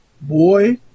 boy